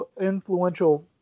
influential